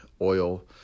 oil